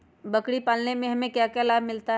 बकरी पालने से हमें क्या लाभ मिलता है?